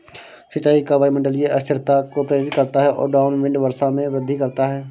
सिंचाई का वायुमंडलीय अस्थिरता को प्रेरित करता है और डाउनविंड वर्षा में वृद्धि करता है